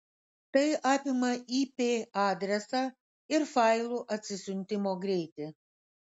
tai apima ip adresą ir failų atsisiuntimo greitį